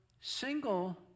single